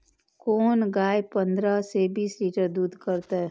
कोन गाय पंद्रह से बीस लीटर दूध करते?